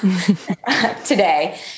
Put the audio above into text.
today